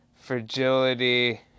fragility